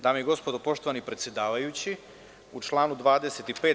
Dame i gospodo, poštovani predsedavajući, u članu 25.